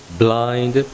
blind